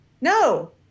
No